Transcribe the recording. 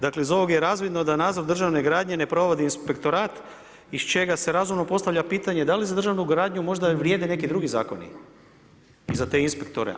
Dakle iz ovog je razvidno da nadzor državne gradnje ne provodi inspektorat iz čega se razumno postavlja pitanje, da li za državnu gradnju možda vrijede neki drugi zakoni i za te inspektore.